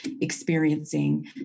experiencing